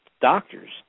doctors